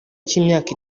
cy’imyaka